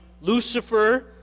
Lucifer